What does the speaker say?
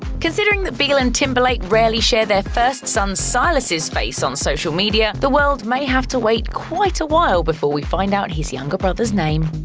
considering that biel and timberlake rarely share their first son silas' face on social media, the world may have to wait quite a while before we find out his younger brother's name.